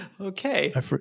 Okay